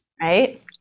Right